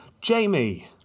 Jamie